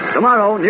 Tomorrow